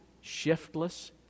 shiftless